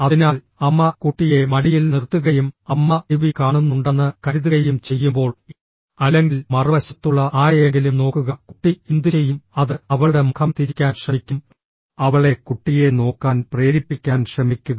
അതിനാൽ അമ്മ കുട്ടിയെ മടിയിൽ നിർത്തുകയും അമ്മ ടിവി കാണുന്നുണ്ടെന്ന് കരുതുകയും ചെയ്യുമ്പോൾ അല്ലെങ്കിൽ മറുവശത്തുള്ള ആരെയെങ്കിലും നോക്കുക കുട്ടി എന്തുചെയ്യും അത് അവളുടെ മുഖം തിരിക്കാൻ ശ്രമിക്കും അവളെ കുട്ടിയെ നോക്കാൻ പ്രേരിപ്പിക്കാൻ ശ്രമിക്കുക